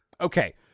Okay